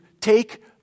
take